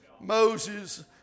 Moses